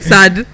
Sad